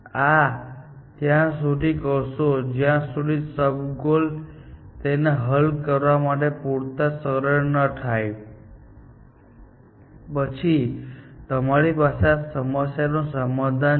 આ ત્યાં સુધી કરશો જ્યાં સુધી સબ ગોલ તેને હલ કરવા માટે પૂરતા સરળ ન થાય અને પછી તમારી પાસે આ સમસ્યાનું સમાધાન છે